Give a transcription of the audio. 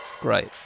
Great